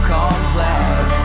complex